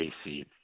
AC